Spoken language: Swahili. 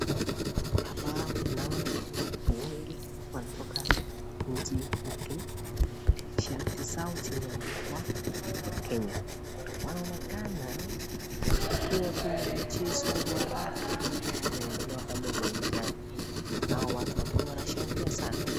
Hapa naona watu wengi wanatoka nchi ya Kenya. Shati zao zimeandikwa Kenya. Wanaonekana kuwa kuna mchezo wa rugby unaedelea pale uwanjani, nao watu wa Kenya wanashangilia sana.